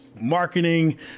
marketing